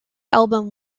album